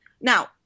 Now